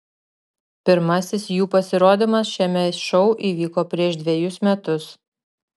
pirmasis jų pasirodymas šiame šou įvyko prieš dvejus metus